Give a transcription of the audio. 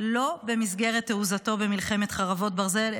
לא במסגרת תעוזתו במלחמת חרבות ברזל,